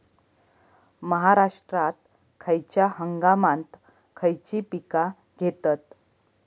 महाराष्ट्रात खयच्या हंगामांत खयची पीका घेतत?